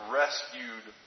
rescued